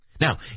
Now